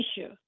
issue